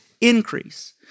increase